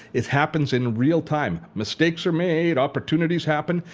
it happens in real time. mistakes are made. opportunities happen.